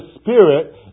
Spirit